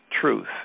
truth